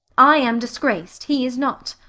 i am disgraced he is not.